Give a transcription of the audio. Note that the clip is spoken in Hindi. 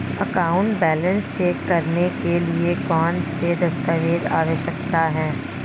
अकाउंट बैलेंस चेक करने के लिए कौनसे दस्तावेज़ आवश्यक हैं?